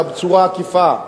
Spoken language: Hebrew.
בצורה עקיפה,